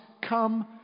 come